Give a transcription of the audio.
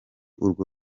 urwo